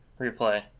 replay